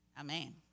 Amen